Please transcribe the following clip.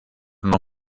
non